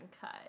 cut